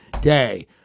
day